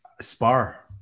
Spar